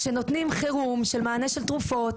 שנותנים חירום של מענה של תרופות,